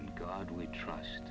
in god we trust